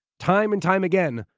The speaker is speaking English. time and time again,